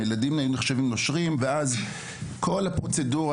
הילדים היו נחשבים נושרים ואז כל הפרוצדורה,